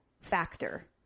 factor